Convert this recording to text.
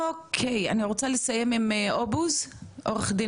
אוקי אני רוצה לסיים עם עו"ד אובוז.